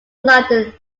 london